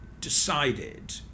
decided